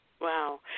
Wow